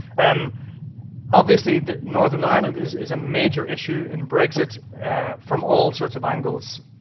and obviously, northern ireland is is a major issue in brexit from all sorts of angles.